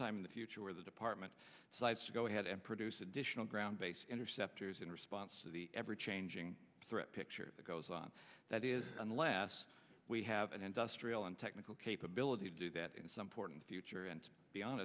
time in the future where the department cites go ahead and produce additional ground based interceptors in response to the ever changing threat picture that goes on that is unless we have an industrial and technical capability to do that in some port and future and